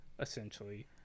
essentially